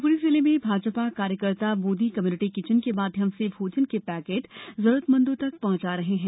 शिवप्री जिले में भाजपा कार्यकर्ता मोदी कम्यूनिटी किचन के माध्यम से भोजन के पैकेट जरूरतमंदों तक पहुंचा रहे हैं